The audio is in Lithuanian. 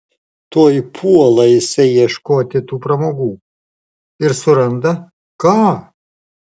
tuoj puola jisai ieškoti tų pramogų ir suranda ką